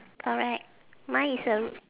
correct mine is a r~